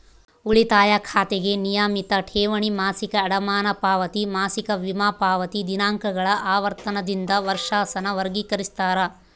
ಉಳಿತಾಯ ಖಾತೆಗೆ ನಿಯಮಿತ ಠೇವಣಿ, ಮಾಸಿಕ ಅಡಮಾನ ಪಾವತಿ, ಮಾಸಿಕ ವಿಮಾ ಪಾವತಿ ದಿನಾಂಕಗಳ ಆವರ್ತನದಿಂದ ವರ್ಷಾಸನ ವರ್ಗಿಕರಿಸ್ತಾರ